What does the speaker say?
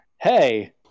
Hey